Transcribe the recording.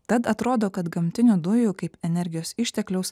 tad atrodo kad gamtinių dujų kaip energijos ištekliaus